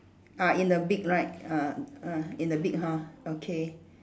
ah in the big light ah ah in the big hall okay